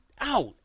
out